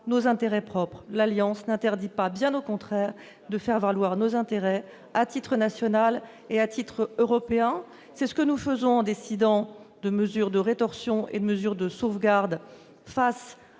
nos intérêts propres. L'alliance n'interdit pas, bien au contraire, de faire valoir nos intérêts, à titre national et à titre européen. C'est ce que nous faisons en décidant de mesures de rétorsion et de mesures de sauvegarde face